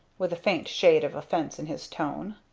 with a faint shade of offence in his tone.